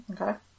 Okay